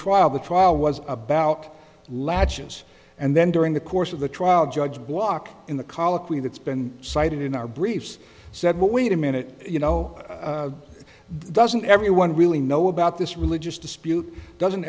trial the trial was about latches and then during the course of the trial judge block in the colloquy that's been cited in our briefs said well wait a minute you know the doesn't everyone really know about this religious dispute doesn't